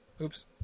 oops